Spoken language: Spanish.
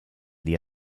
día